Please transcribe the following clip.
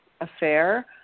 affair